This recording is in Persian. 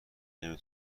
نمی